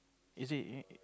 is it